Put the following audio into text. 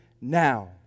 now